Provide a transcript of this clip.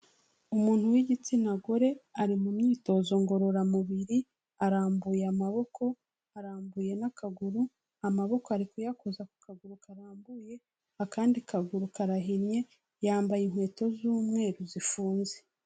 Umuntu w'igitsina gore, ari mu myitozo ngororamubiri, arambuye amaboko, arambuye n'akaguru, amaboko ari kuyakoza ku kaguru karambuye, akandi kaguru karahinnye, yambaye inkweto z'umweru zifunze.